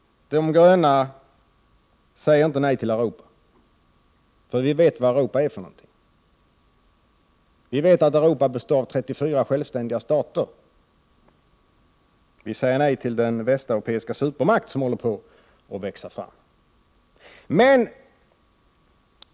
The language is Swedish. De gröna säger inte nej till Europa, för vi vet vad Europa är för någonting. Vi vet att Europa består av 34 självständiga stater. Vi säger nej till den västeuropeiska supermakt som håller på att växa fram.